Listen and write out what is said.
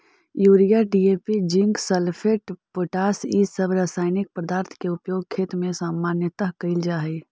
urea, DAP, zinc sulphate, potash इ सब रसायनिक पदार्थ के उपयोग खेत में सामान्यतः कईल जा हई